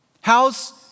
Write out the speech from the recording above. How's